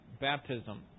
baptism